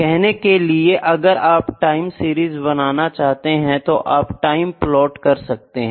कहने के लिए अगर आप टाइम सीरीज बनाना चाहते है तो आप टाइम प्लाट कर सकते है